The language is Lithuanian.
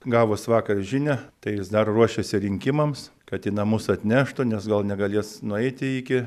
gavus vakar žinią tai jis dar ruošėsi rinkimams kad į namus atneštų nes gal negalės nueiti iki